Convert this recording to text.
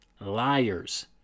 liars